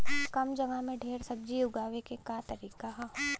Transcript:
कम जगह में ढेर सब्जी उगावे क का तरीका ह?